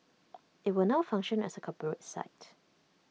IT will now function as A corporate site